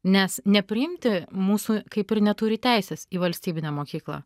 nes nepriimti mūsų kaip ir neturi teisės į valstybinę mokyklą